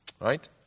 Right